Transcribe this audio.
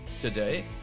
today